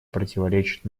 противоречит